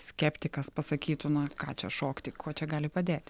skeptikas pasakytų na ką čia šokti kuo čia gali padėti